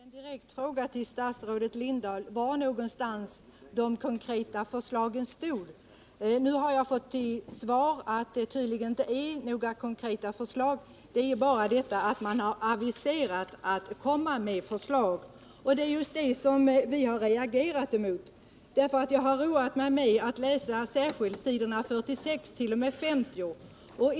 Herr talman! Jag ställde till statsrådet Lindahl en direkt fråga om var de konkreta förslagen står i propositionen. Nu får jag till svar att det inte finns några konkreta förslag. Det har bara aviserats att det kommer förslag. Det är just detta som vi har reagerat emot. Jag har roat mig med att särskilt läsa s. 46-50.